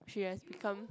she has become